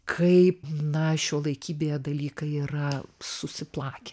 kaip na šiuolaikybėje dalykai yra susiplakę